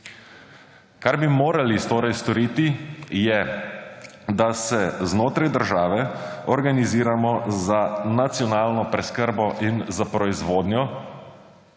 Kar bi morali torej storiti, je, da se znotraj države organiziramo za nacionalno preskrbo in za proizvodnjo